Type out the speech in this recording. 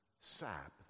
sap